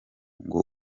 ngo